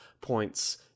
points